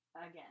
Again